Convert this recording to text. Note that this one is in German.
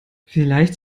vielleicht